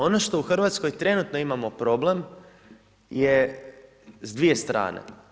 Ono što u Hrvatskoj trenutno imamo problem je s dvije strane.